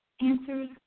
answers